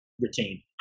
retain